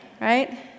right